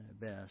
best